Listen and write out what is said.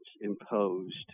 imposed